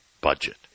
budget